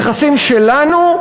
נכסים שלנו,